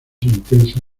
intensa